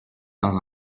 temps